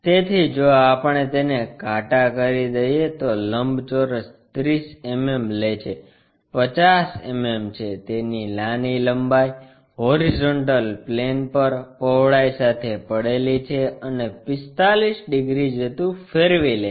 તેથી જો આપણે તેને ઘાટા કરી દઇએ તો લંબચોરસ 30 mm લે છે 50 mm છે તેની નાની લંબાઈ હોરીઝોન્ટલ પ્લેન પર પહોળાઈ સાથે પડેલી છે અને 45 ડિગ્રી જેટલું ફેરવી લે છે